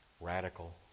Radical